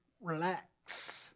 Relax